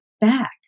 back